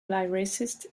lyricist